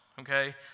okay